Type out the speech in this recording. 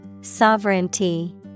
Sovereignty